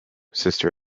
sister